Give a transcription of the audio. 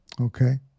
Okay